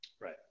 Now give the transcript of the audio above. Right